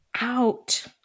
out